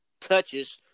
touches